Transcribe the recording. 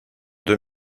deux